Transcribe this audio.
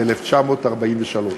מ-1943.